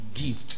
gift